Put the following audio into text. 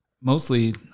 Mostly